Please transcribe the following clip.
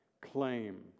claim